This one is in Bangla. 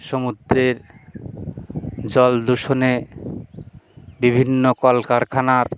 সমুদ্রের জলদূষণে বিভিন্ন কলকারখানার